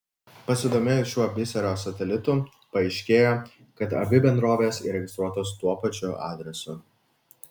pasidomėjus šiuo biserio satelitu paaiškėjo kad abi bendrovės įregistruotos tuo pačiu adresu